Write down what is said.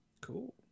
Cool